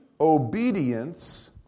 obedience